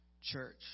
church